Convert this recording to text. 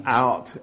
out